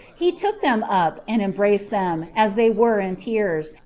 he took them up, and embraced them, as they were in tears,